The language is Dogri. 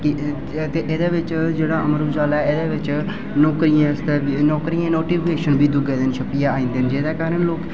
कि एह् जेह्ड़ा अमर उजाला ऐ एह्दे बिच नौकरियें आस्तै नौकरियें दी नोटीफिकेशन बी दूए दिन छपियै आई जंदे जेह्दे कारण